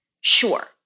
sure